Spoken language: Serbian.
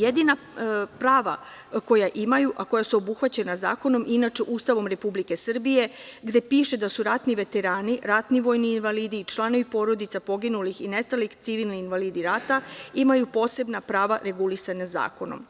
Jedina prava koja imaju, a koja su obuhvaćena zakonom, inače Ustavom Republike Srbije gde piše da su ratni veterani, ratni vojni invalidi i članovi porodica poginulih i nestalih, civilni invalidi rata imaju posebna prava regulisana zakonom.